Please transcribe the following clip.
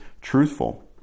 truthful